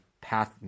path